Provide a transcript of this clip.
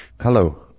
hello